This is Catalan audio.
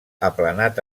aplanat